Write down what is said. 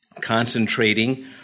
concentrating